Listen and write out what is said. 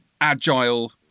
agile